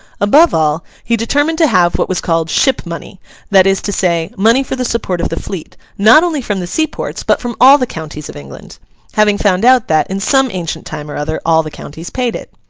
above all, he determined to have what was called ship money that is to say, money for the support of the fleet not only from the seaports, but from all the counties of england having found out that, in some ancient time or other, all the counties paid it.